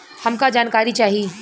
हमका जानकारी चाही?